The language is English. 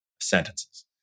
sentences